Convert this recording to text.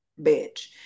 Bitch